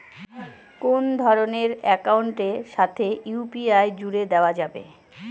কোন ধরণের অ্যাকাউন্টের সাথে ইউ.পি.আই জুড়ে দেওয়া যাবে?